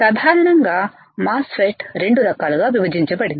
సాధారణంగా మాస్ ఫెట్ 2 రకాలుగా విభజించబడింది